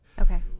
okay